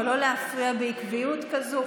אבל לא להפריע בעקביות כזאת.